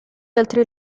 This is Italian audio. altri